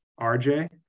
RJ